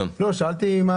שאלתי מה